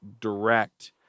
Direct